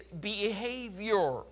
behavior